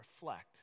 reflect